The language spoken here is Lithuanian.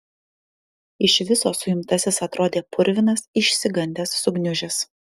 iš viso suimtasis atrodė purvinas išsigandęs sugniužęs